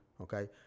okay